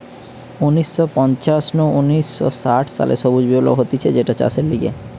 উনিশ শ পঞ্চাশ নু উনিশ শ ষাট সালে সবুজ বিপ্লব হতিছে যেটা চাষের লিগে